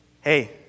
hey